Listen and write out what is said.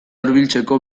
hurbiltzeko